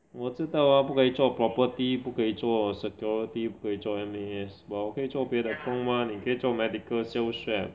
我知道 ah 不可以做 property 不可以做 security 不可以做 M_A_S but 我可以做别的工 mah 你可以做 medical sales rep